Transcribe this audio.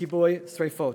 בכיבוי שרפות.